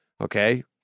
Okay